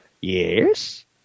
Yes